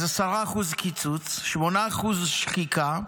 אז 10% קיצוץ, 8% שחיקה,